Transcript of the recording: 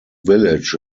village